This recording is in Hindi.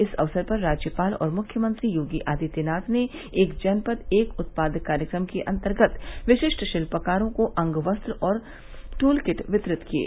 इस अक्सर पर राज्यपाल और मुख्यमंत्री योगी आदित्यनाथ ने एक जनपद एक उत्पाद कार्यक्रम के अन्तर्गत विशिष्ट शिल्पकारों को अंग वस्त्र और ट्ल किट वितरित किये